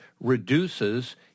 reduces